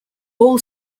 all